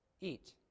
eat